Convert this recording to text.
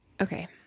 Okay